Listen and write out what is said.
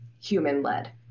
human-led